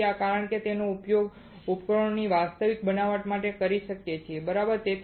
તેથી કે આપણે તેનો ઉપયોગ ઉપકરણોની વાસ્તવિક બનાવટમાં કરી શકીએ બરાબર